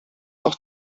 auch